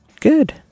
Good